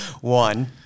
one